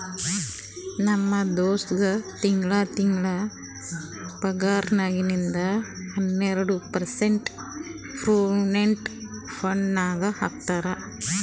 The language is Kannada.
ನಮ್ ದೋಸ್ತಗ್ ತಿಂಗಳಾ ತಿಂಗಳಾ ಪಗಾರ್ನಾಗಿಂದ್ ಹನ್ನೆರ್ಡ ಪರ್ಸೆಂಟ್ ಪ್ರೊವಿಡೆಂಟ್ ಫಂಡ್ ನಾಗ್ ಹಾಕ್ತಾರ್